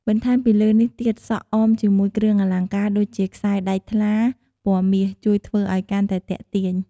បន្តែមពីលើនេះទៀតសក់អមជាមួយគ្រឿងអលង្ការដូចជាខ្សែរដែកថ្លាពណ៌មាសជួយធ្វើឲ្យកាន់តែទាក់ទាញ។